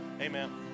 Amen